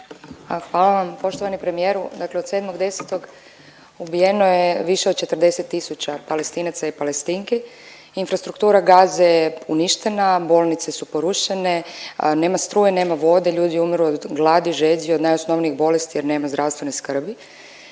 Hvala vam. Poštovani premijeru dakle od 7.10. ubijeno je više od 40 tisuća Palestinaca i Palestinki, infrastrukture Gaze je uništena, bolnice su porušene, nema struje, nema vode, ljudi umiru od gladi, žeđi, od najosnovnijih bolesti jer nema zdravstvene skrbi.